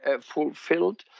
fulfilled